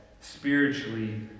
spiritually